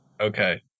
Okay